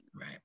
Right